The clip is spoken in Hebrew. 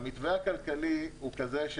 המתווה הכלכלי הוא כזה: